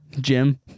Jim